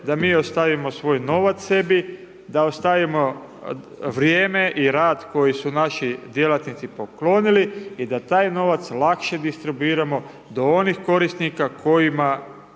da mi ostavimo svoj novac sebi da ostavimo vrijeme i rad koji su naši djelatnici poklonili i da taj novac lakše distribuiramo do onih korisnika koji